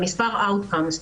על מספר outcomes.